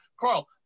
Carl